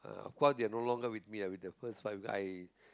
uh they are no longer with me ah with the first wife I